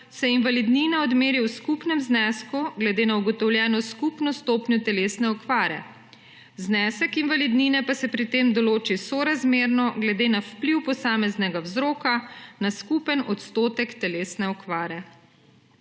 se invalidnina odmeri v skupnem znesku glede na ugotovljeno skupno stopnjo telesne okvare. Znesek invalidnine pa se pri tem določi sorazmerno glede na vpliv posameznega vzroka na skupen odstotek telesne okvare.